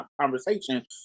conversation